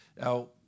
Now